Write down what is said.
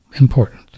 important